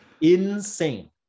Insane